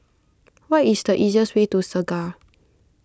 what is the easiest way to Segar